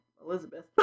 Elizabeth